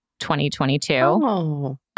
2022